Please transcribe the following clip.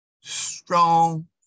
strong